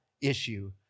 issue